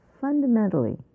fundamentally